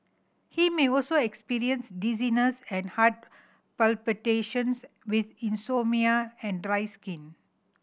he may also experience dizziness and heart palpitations with insomnia and dry skin